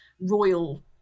royal